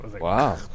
Wow